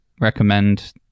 Recommend